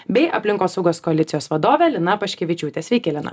bei aplinkosaugos koalicijos vadove lina paškevičiūte sveiki lina